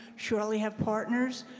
surely have partners.